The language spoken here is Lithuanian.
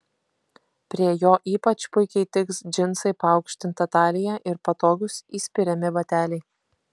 prie jo ypač puikiai tiks džinsai paaukštinta talija ir patogūs įspiriami bateliai